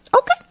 Okay